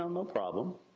um ah problem.